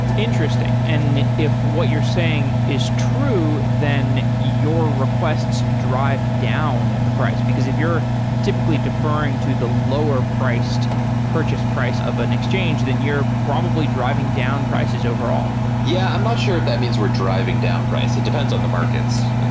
interesting. and if what you're saying is true, then your requests drive down the price, because if you're typically deferring to the lower priced purchase price of an exchange, then you're probably driving down prices overall yeah. i'm not sure if that means we're driving down price. it depends on the markets.